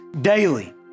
daily